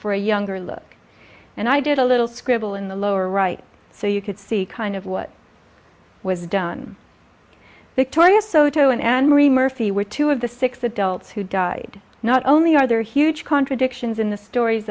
for a younger look and i did a little scribble in the lower right so you could see kind of what was done victoria soto and and mary murphy were two of the six adults who died not only are there huge contradictions in the stories